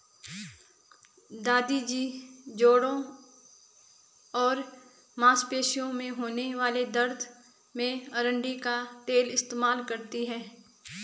दादी जी जोड़ों और मांसपेशियों में होने वाले दर्द में अरंडी का तेल इस्तेमाल करती थीं